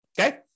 okay